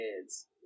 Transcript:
kids